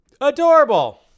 Adorable